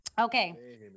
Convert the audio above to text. Okay